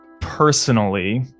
personally